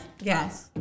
Yes